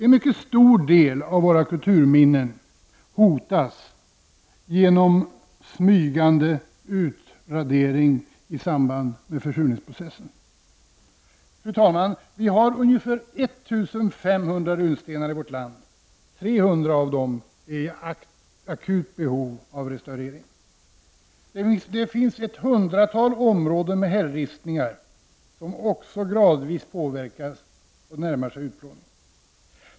En mycket stor del av våra kulturminnen hotas av smygande utradering i samband med försurningsprocessen. Fru talman! Vi har ungefär 1 500 runstenar i vårt land. 300 av dem är i akut behov av restaurering. Det finns ett hundratal områden med hällristningar, som också gradvis påverkas och närmar sig utplåning.